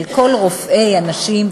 אל כל רופאי הנשים,